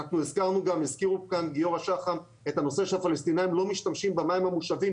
גיורא שחם גם הזכיר כאן את הנושא שהפלסטינאים לא משתמשים במים המושבים,